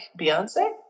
Beyonce